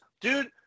Dude